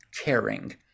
caring